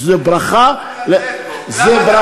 זו ברכה, מי זה?